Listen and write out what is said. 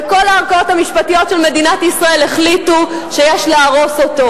וכל הערכאות המשפטיות של מדינת ישראל החליטו שיש להרוס אותו.